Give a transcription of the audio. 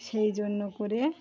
সেই জন্য করে